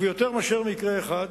ביותר מאשר מקרה אחד,